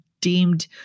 deemed